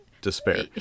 despair